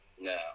No